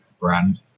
brand